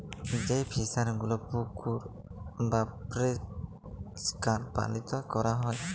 যেই ফিশারি গুলো পুকুর বাপরিষ্কার পালিতে ক্যরা হ্যয়